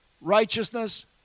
righteousness